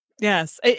Yes